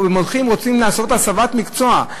הם רוצים לעשות הסבת מקצוע.